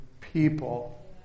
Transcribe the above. people